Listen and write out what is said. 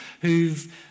who've